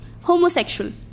Homosexual